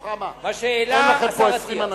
מה שהעלה השר אטיאס.